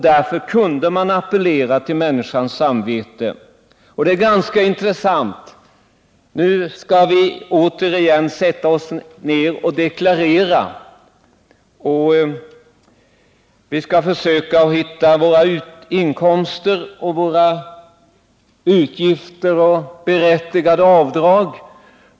Därför kunde man appellera till människans samvete. Det är ganska intressant, när vi nu skall sätta oss ned och deklarera. Vi skall försöka hitta våra inkomster och utgifter och göra berättigade avdrag.